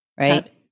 right